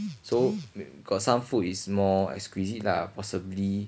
so got some food is more exquisite lah possibly